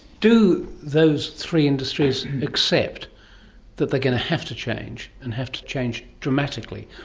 do those three industries accept that they're going to have to change and have to change dramatically?